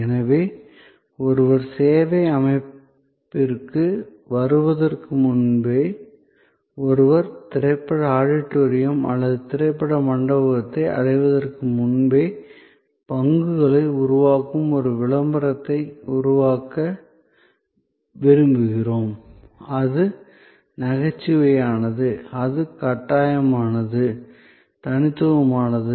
ஆனால் ஒருவர் சேவை அமைப்பிற்கு வருவதற்கு முன்பே ஒருவர் திரைப்பட ஆடிட்டோரியம் அல்லது திரைப்பட மண்டபத்தை அடைவதற்கு முன்பே பங்குகளை உருவாக்கும் ஒரு விளம்பரத்தை உருவாக்க விரும்புகிறோம் அது நகைச்சுவையானது அது கட்டாயமானது தனித்துவமானது